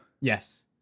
Yes